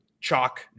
Chalk